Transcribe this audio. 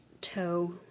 toe